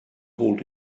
hold